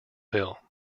hill